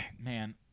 Man